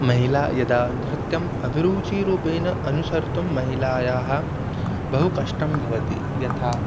महिला यदा नृत्यम् अभिरुचिरूपेण अनुसर्तुं महिलायाः बहु कष्टं भवति यदा